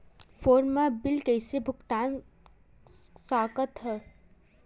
Phone मा bill कइसे भुक्तान साकत हन?